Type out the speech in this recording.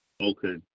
Okay